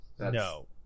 no